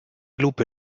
lupe